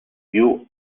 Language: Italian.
più